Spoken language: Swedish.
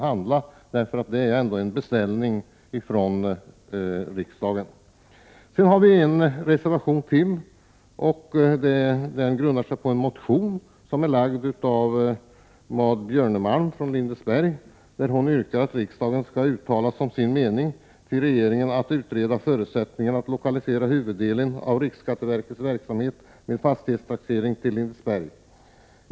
Ett tillkännagivande är ändå en beställning från riksdagen. Det finns en reservation till. Den grundar sig på en motion väckt av Maud Björnemalm från Lindesberg. Maud Björnemalm yrkar att riksdagen som sin mening skall ge regeringen till känna att utreda förutsättningarna för att lokalisera huvuddelen av riksskatteverkets verksamhet med fastighetstaxering till Lindesberg.